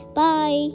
bye